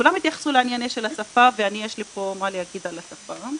כולם התייחסו לעניין של השפה ויש לי פה מה להגיד על השפה.